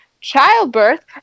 childbirth